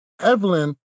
Evelyn